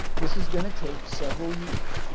this is going to take several years.